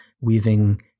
weaving